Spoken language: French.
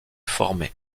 formé